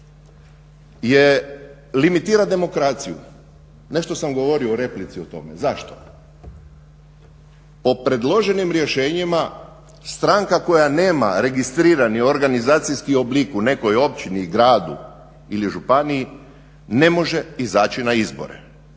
limitira demokraciju. Nešto sam govorio u replici o tome. Zašto? Po predloženim rješenjima stranka koja nema registrirani organizacijski oblik u nekoj općini, gradu ili županiji ne može izaći na izbore.